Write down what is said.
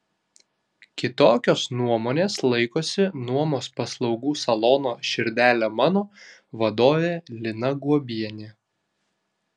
kitokios nuomonės laikosi nuomos paslaugų salono širdele mano vadovė lina guobienė